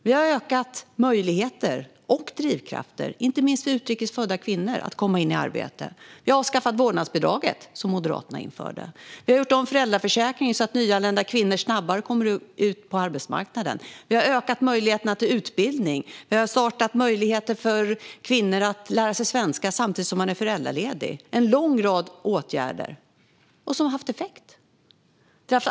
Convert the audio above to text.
Vi har ökat möjligheter och drivkrafter, inte minst för utrikes födda kvinnor, att komma in i arbete. Vi har avskaffat vårdnadsbidraget som Moderaterna införde. Vi har gjort om föräldraförsäkringen, så att nyanlända kvinnor snabbare kommer ut på arbetsmarknaden. Vi har ökat möjligheterna till utbildning. Vi har gett möjligheter för kvinnor att lära sig svenska samtidigt som de är föräldralediga. Det är en lång rad åtgärder, och de har haft effekt.